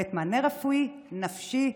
הכוללת מענה רפואי נפשי,